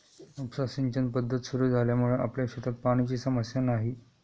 उपसा सिंचन पद्धत सुरु झाल्यामुळे आपल्या शेतात पाण्याची समस्या नाही